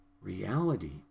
reality